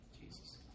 Jesus